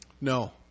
No